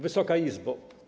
Wysoka Izbo!